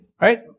right